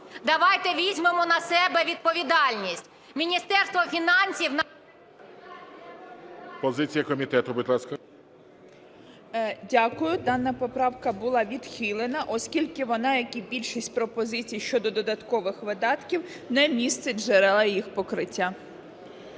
Давайте візьмемо на себе відповідальність. Міністерство фінансів… ГОЛОВУЮЧИЙ. Позиція комітету. 13:42:21 ЗАБУРАННА Л.В. Дякую. Дана поправка була відхилена, оскільки вона, як і більшість пропозицій щодо додаткових видатків, не містить джерела їх покриття.